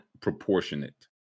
proportionate